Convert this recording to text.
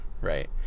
right